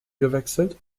gewechselt